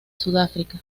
sudáfrica